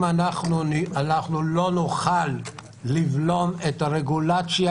אנחנו לא נוכל לבלום את הרגולציה,